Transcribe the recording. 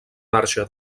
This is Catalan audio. marxa